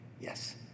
Yes